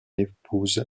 épouse